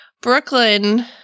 Brooklyn